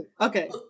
okay